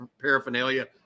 paraphernalia